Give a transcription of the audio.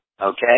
okay